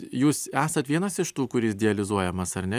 jūs esat vienas iš tų kuris dializuojamas ar ne